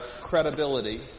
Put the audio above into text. credibility